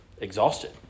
exhausted